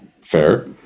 fair